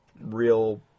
Real